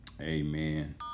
Amen